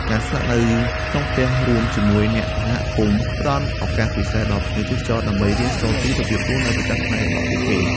ការស្នាក់នៅក្នុងផ្ទះរួមជាមួយអ្នកសហគមន៍ផ្តល់ឱកាសពិសេសដល់ភ្ញៀវទេសចរដើម្បីរៀនសូត្រពីរបៀបរស់នៅប្រចាំថ្ងៃរបស់ពួកគេ។